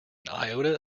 iota